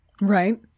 Right